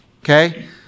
Okay